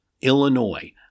Illinois